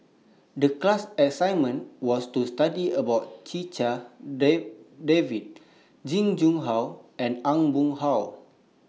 The class assignment was to study about Checha Davies Jing Jun Hong and Aw Boon Haw